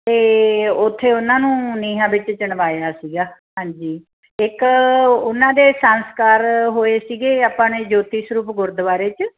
ਅਤੇ ਉੱਥੇ ਉਹਨਾਂ ਨੂੰ ਨੀਹਾਂ ਵਿੱਚ ਚਿਣਵਾਇਆ ਸੀਗਾ ਹਾਂਜੀ ਇੱਕ ਉਹਨਾਂ ਦੇ ਸੰਸਕਾਰ ਹੋਏ ਸੀਗੇ ਆਪਣੇ ਜੋਤੀ ਸਰੂਪ ਗੁਰਦੁਆਰੇ 'ਚ